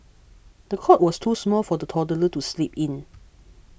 the cot was too small for the toddler to sleep in